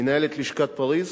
מנהלת לשכת פריס